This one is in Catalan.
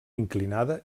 inclinada